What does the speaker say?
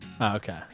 Okay